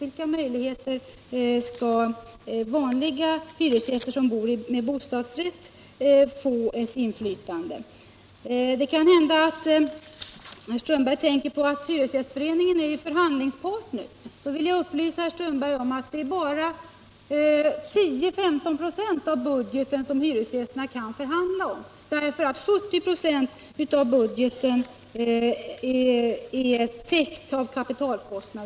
Vilka möjligheter har vanliga hyresgäster, som bor med hyresrätt, att få ett inflytande? Det kan hända att herr Strömberg tänker på att Hyresgästföreningen är förhandlingspartner och kan förverkliga ett inflytande indirekt, men då vill jag upplysa herr Strömberg om att det bara är 10-15 26 av budgeten som hyresgästerna kan förhandla om därför att 70 26 av budgeten består av kapitalkostnader.